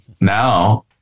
now